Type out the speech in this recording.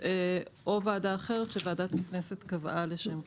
למילים "או ועדה אחרת שוועדת הכנסת קבעה לשם כך".